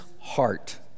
heart